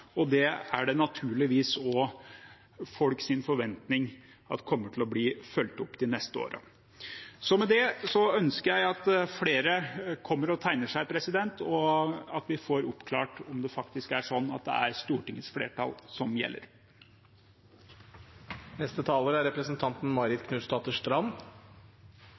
og det er naturligvis også folks forventning at det kommer til å bli fulgt opp de neste årene. Med det ønsker jeg at flere kommer og tegner seg, og at vi får oppklart om det faktisk er Stortingets flertall som gjelder. Vi har en rik natur i Norge. Det er